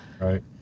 Right